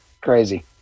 Crazy